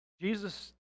Jesus